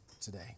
today